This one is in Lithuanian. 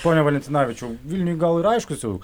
pone valentinavičiau vilniuj gal ir aiškūs jau